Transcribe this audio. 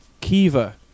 Kiva